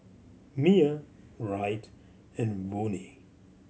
Miah Wright and Vonnie